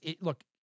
look